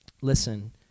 Listen